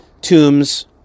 tombs